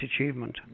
achievement